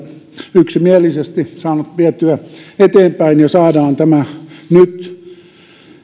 yksimielisesti saanut vietyä eteenpäin saadaan tämä nyt